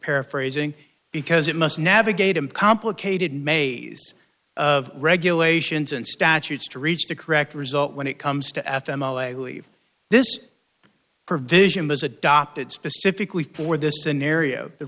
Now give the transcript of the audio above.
paraphrasing because it must navigate and complicated maze of regulations and statutes to reach the correct result when it comes to f m alay leave this provision was adopted specifically for this scenario the